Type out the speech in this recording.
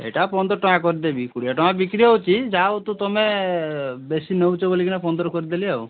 ଏଇଟା ପନ୍ଦର ଟଙ୍କା କରିଦେବି କୋଡ଼ିଏ ଟଙ୍କା ବିକ୍ରି ହଉଚି ଯା ହଉ ତ ତୁମେ ବେଶୀ ନେଉଛ ବୋଲିକିନା ପନ୍ଦର କରିଦେଲି ଆଉ